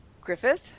Griffith